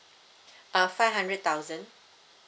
uh five hundred thousand